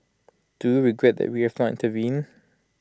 do you regret that we have not intervened